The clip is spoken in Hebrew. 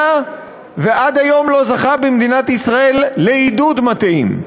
ועד היום לא זכה במדינת ישראל לעידוד מתאים.